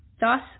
thus